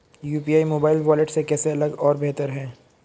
UPI mobile wallet से कैसे अलग और बेहतर है?